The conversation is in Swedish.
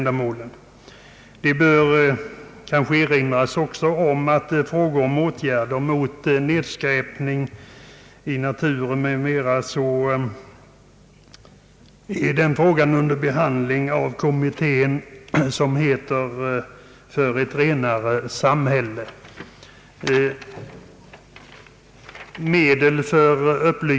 Det bör kanske också nämnas att frågan om åtgärder mot nedskräpning av naturen m.m. är under behandling av en kommitté som heter För ett renare samhälle.